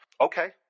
okay